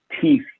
teeth